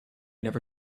never